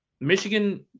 Michigan